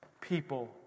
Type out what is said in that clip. people